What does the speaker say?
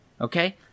Okay